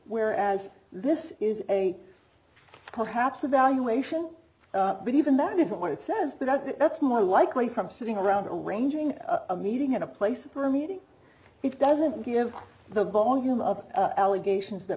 whereas this is a perhaps a valuation but even that isn't what it says but i think that's more likely from sitting around all ranging a meeting at a place of her meeting it doesn't give the volume of allegations that